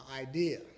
idea